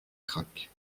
crac